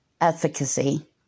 efficacy